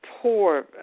poor